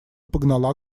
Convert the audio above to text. погнала